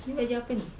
ini baju apa ini